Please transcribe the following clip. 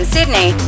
Sydney